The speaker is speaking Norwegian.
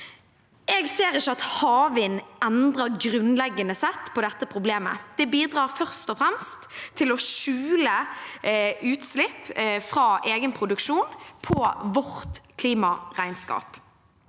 Jeg ser ikke at havvind grunnleggende sett endrer på dette problemet. Det bidrar først og fremst til å skjule utslipp fra egen produksjon i vårt klimaregnskap.